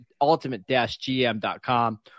ultimate-gm.com